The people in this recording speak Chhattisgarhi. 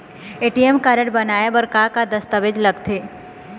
ए.टी.एम कारड बनवाए बर का का दस्तावेज लगथे?